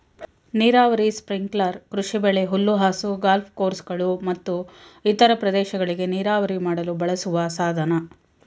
ನೀರಾವರಿ ಸ್ಪ್ರಿಂಕ್ಲರ್ ಕೃಷಿಬೆಳೆ ಹುಲ್ಲುಹಾಸು ಗಾಲ್ಫ್ ಕೋರ್ಸ್ಗಳು ಮತ್ತು ಇತರ ಪ್ರದೇಶಗಳಿಗೆ ನೀರಾವರಿ ಮಾಡಲು ಬಳಸುವ ಸಾಧನ